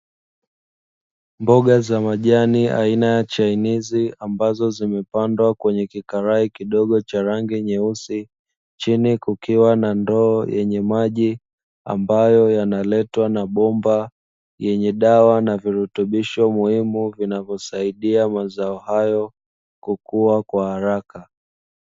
Mboga za majani aina ya chainizi , ambazo zimepandwa kwenye kikarai kidogo cha rangi nyeusi , chini kukiwa na ndoo yenye maji ambayo yanaletwa na bomba, yenye dawa na virutubisho muhimu vinavosaidia mazao hayo kukua kwa haraka.